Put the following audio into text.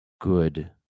good